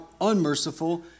unmerciful